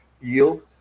yield